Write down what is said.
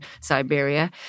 Siberia